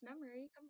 memory